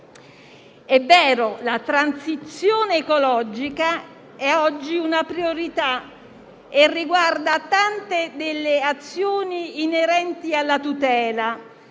È vero, la transizione ecologica oggi è una priorità e riguarda tante delle azioni inerenti alla tutela,